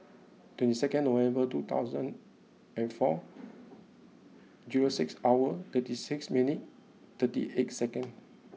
twenty second November two thousand and four zero six hour thirty six minute thirty eight second